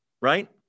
Right